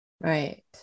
right